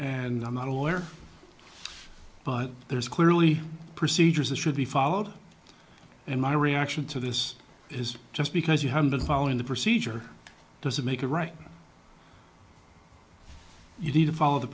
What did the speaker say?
and i'm not a lawyer but there's clearly procedures that should be followed in my reaction to this is just because you haven't been following the procedure doesn't make a right you need to follow the